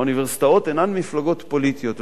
האוניברסיטאות אינן מפלגות פוליטיות,